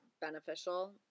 beneficial